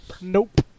Nope